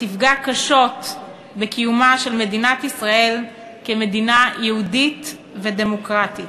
ותפגע קשות בקיומה של מדינת ישראל כמדינה יהודית ודמוקרטית.